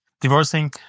divorcing